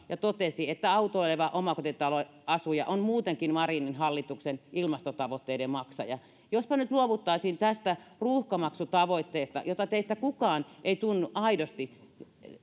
ja totesi että autoileva omakotitaloasuja on muutenkin marinin hallituksen ilmastotavoitteiden maksaja jospa nyt luovuttaisiin tästä ruuhkamaksutavoitteesta teistä kukaan ei tunnu aidosti